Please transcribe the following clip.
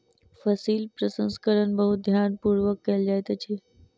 फसील प्रसंस्करण बहुत ध्यान पूर्वक कयल जाइत अछि